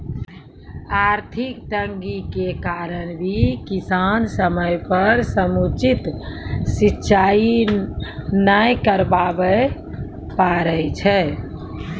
आर्थिक तंगी के कारण भी किसान समय पर समुचित सिंचाई नाय करवाय ल पारै छै